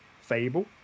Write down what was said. fable